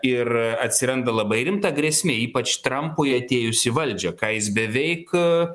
ir atsiranda labai rimta grėsmė ypač trampui atėjus į valdžia ką jis beveik